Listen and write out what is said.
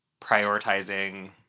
prioritizing